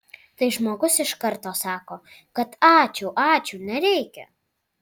tai žmogus iš karto sako kad ačiū ačiū nereikia